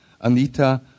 Anita